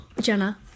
jenna